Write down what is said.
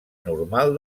normal